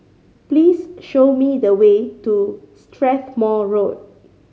please show me the way to Strathmore Road